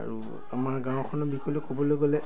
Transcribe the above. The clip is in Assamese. আৰু আমাৰ গাঁওখনৰ বিষয়লৈ ক'বলৈ গ'লে